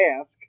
ask